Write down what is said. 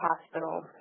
Hospital